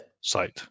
site